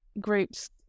groups